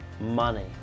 money